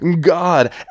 God